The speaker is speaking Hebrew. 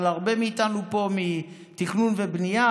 אבל הרבה מאיתנו מתכנון ובנייה,